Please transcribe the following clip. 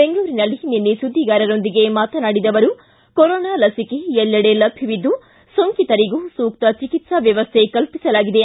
ಬೆಂಗಳೂರಿನಲ್ಲಿ ನಿನ್ನೆ ಸುದ್ದಿಗಾರರೊಂದಿಗೆ ಮಾತನಾಡಿದ ಅವರು ಕೊರೋನಾ ಲಸಿಕೆ ಎಲ್ಲೆಡೆ ಲಭ್ಯವಿದ್ದು ಸೋಂಕಿತರಿಗೂ ಸೂಕ್ತ ಚಿಕಿತ್ಸಾ ವ್ಯವಸ್ಥೆ ಕಲ್ಪಿಸಲಾಗಿದೆ